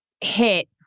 hit